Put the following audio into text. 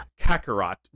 Kakarot